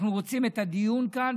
אנחנו רוצים את הדיון כאן,